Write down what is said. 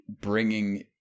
bringing